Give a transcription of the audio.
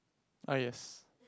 ah yes